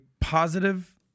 positive